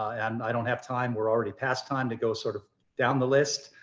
i don't have time. we're already past time to go sort of down the list.